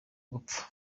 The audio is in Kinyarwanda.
gupfa